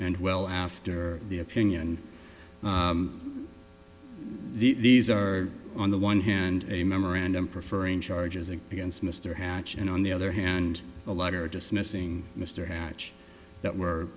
and well after the opinion these are on the one hand a memorandum prefer in charges against mr hatch and on the other hand a letter dismissing mr hatch that were